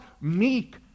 meek